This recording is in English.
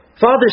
Father